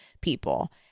people